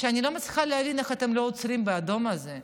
שאני לא מצליחה להבין איך אתם לא עוצרים באדום הזה.